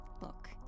Look